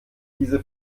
diese